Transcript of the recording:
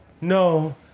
No